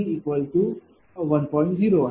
0 आहे